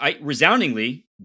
resoundingly